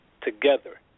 together